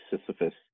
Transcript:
Sisyphus